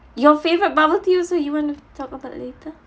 your favourite bubble tea also you want to talk about later